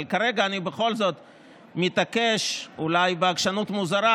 כרגע אני בכל זאת מתעקש, אולי בעקשנות מוזרה,